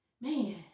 man